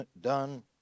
done